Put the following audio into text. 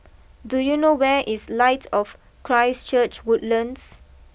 do you know where is Light of Christ Church Woodlands